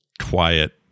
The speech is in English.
quiet